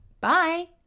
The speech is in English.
Bye